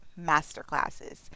masterclasses